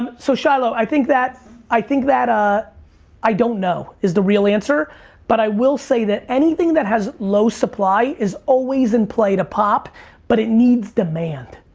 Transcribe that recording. um so, shiloh, i think that, i think that ah i don't know is the real answer but i will say that anything that has low supply is always in play to pop but it needs demand.